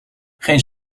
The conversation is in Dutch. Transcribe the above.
geen